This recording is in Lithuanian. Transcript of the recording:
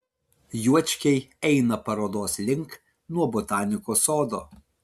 juočkiai eina parodos link nuo botanikos sodo